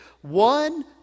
One